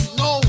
no